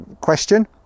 question